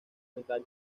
mitad